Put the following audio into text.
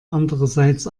andererseits